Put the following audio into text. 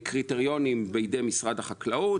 הקריטריונים הם בידי משרדה החקלאות,